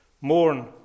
Mourn